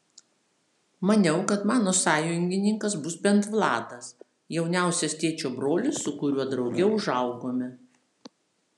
maniau kad mano sąjungininkas bus bent vladas jauniausias tėčio brolis su kuriuo drauge užaugome